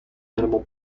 minimal